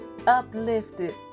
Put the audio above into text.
uplifted